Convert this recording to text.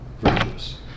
virtuous